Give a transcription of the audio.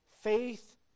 faith